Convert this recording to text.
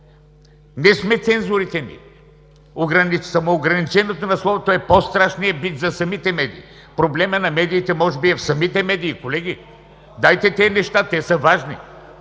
Не сме цензурата ние. Самоограничението на словото е по-страшния бич за самите медии. Проблемът на медиите е може би в самите медии, колеги! Дайте тези неща – те са важни!